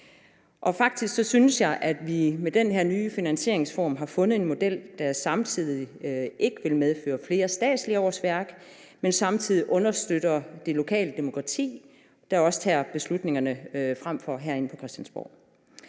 Faktisk synes jeg, at vi med den her nye finansieringsform har fundet en model, der ikke vil medføre flere statslige årsværk, men samtidig understøtter det lokale demokrati, der tager beslutningerne frem for, at det bliver gjort